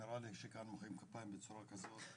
נראה לי שכאן מוחאים כפיים בצורה עקומה.